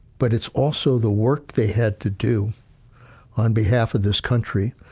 but it's also the work they had to do on behalf of this country,